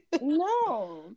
No